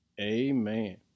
amen